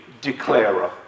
declarer